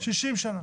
70 שנה.